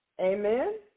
Amen